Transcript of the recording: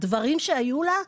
הדברים שהיו לה,